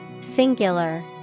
Singular